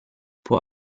può